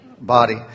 body